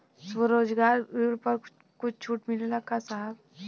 स्वरोजगार ऋण पर कुछ छूट मिलेला का साहब?